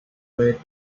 played